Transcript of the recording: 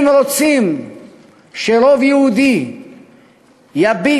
אם רוצים שרוב יהודי יביט